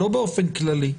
לא באופן כללי,